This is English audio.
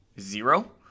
zero